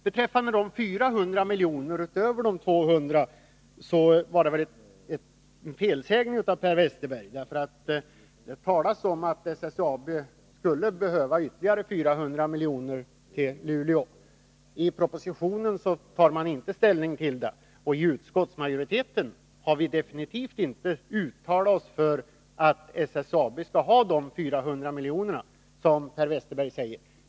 Beträffande de 400 miljonerna utöver de 200 miljonerna, var det väl en felsägning av Per Westerberg. Det talades om att SSAB skulle behöva ytterligare 400 milj.kr. till Luleå. I propositionen tar man inte ställning till detta, och utskottsmajoriteten har definitivt inte uttalat sig för att SSAB skall ha de 400 miljonerna, som Per Westerberg säger.